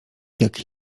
jak